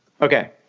okay